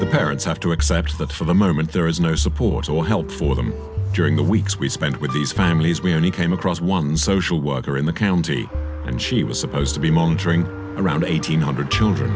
the parents have to accept that for the moment there is no support or help for them during the weeks we spent with these families we only came across one social worker in the county and she was supposed to be monitoring around eight hundred children